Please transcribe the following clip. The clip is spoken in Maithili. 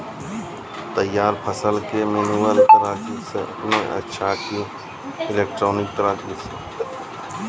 तैयार फसल के मेनुअल तराजु से नापना अच्छा कि इलेक्ट्रॉनिक तराजु से?